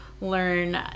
learn